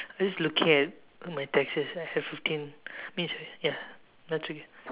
just looking at all my texts I have fifteen means ya that's okay